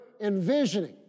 envisioning